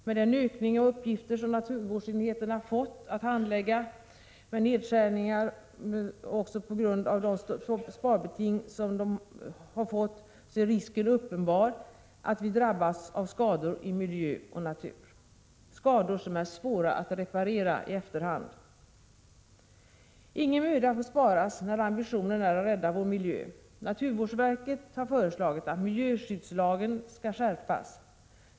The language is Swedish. Med den ökning av uppgifter som naturvårdsenheterna fått att handlägga med nedskärningar på grund av de sparbeting som länsstyrelserna fått är risken uppenbar att vi drabbas av skador i miljö och natur, skador som är svåra att reparera i efterhand. Ingen möda får sparas när ambitionen är att rädda vår miljö! Naturvårdsverket har föreslagit att miljöskyddslagen skall skärpas.